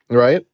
and right.